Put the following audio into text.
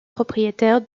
propriétaire